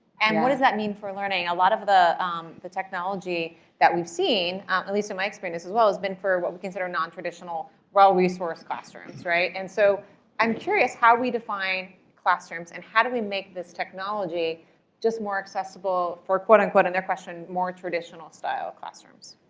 and what does that mean for learning? a lot of the um the technology that we've seen, at least in my experience as well, has been for what we consider non-traditional well-resourced classrooms. and so i'm curious how we define classrooms, and how do we make this technology just more accessible for quote, unquote in their question more traditional-style classrooms.